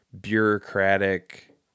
bureaucratic